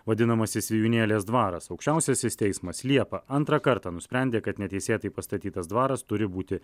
vadinamasis vijūnėlės dvaras aukščiausiasis teismas liepą antrą kartą nusprendė kad neteisėtai pastatytas dvaras turi būti